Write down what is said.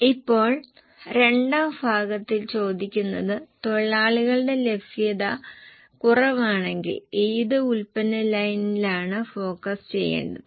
അതിനാൽ ഇപ്പോൾ സാധാരണ വിൽപ്പന വില ഇതാണ് ഇളവുള്ള വിൽപ്പന വില വളരെ കുറവാണ് ഈ വർഷം ഇത് 2454 ആണ് നിങ്ങൾക്കെല്ലാവർക്കും ഇത് ലഭിച്ചിട്ടുണ്ടോ